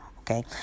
Okay